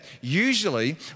usually